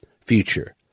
future